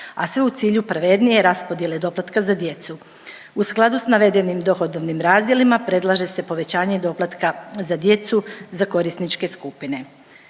a sve u cilju pravednije raspodjele doplatka za djecu. U skladu s navedenim dohodovnim razdjelima predlaže se povećanje doplatka za djecu za korisničke skupine.